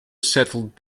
settled